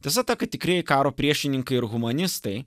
tiesa ta kad tikrieji karo priešininkai ir humanistai